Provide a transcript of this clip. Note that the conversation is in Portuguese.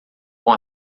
com